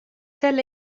tel